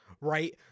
right